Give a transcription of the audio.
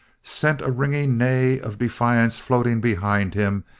sent a ringing neigh of defiance floating behind him,